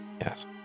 Yes